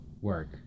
work